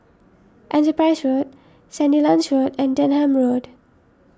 Enterprise Road Sandilands Road and Denham Road